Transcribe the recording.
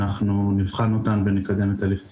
אנחנו נבחן אותם ונקדם את הליך החקיקה.